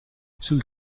sul